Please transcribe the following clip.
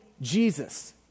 Jesus